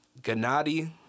Gennady